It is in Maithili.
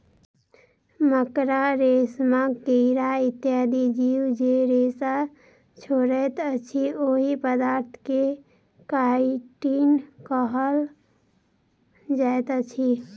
मकड़ा, रेशमक कीड़ा इत्यादि जीव जे रेशा छोड़ैत अछि, ओहि पदार्थ के काइटिन कहल जाइत अछि